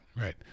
right